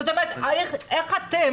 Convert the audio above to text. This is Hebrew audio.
זאת אומרת, איך אתם